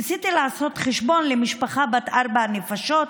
ניסיתי לעשות חשבון למשפחה בת ארבע נפשות,